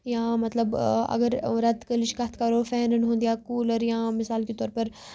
یا مطلب اگر رٮ۪تکٲلِچ کَتھ کَرو فینن ہُند یا کولر یا مثال کے طور پر